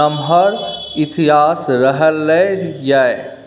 नमहर इतिहास रहलै यै